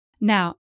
Now